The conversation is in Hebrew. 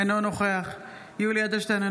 אינו נוכח יולי יואל אדלשטיין,